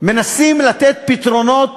מנסים לתת פתרונות